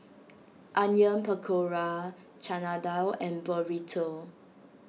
Onion Pakora Chana Dal and Burrito